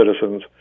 citizens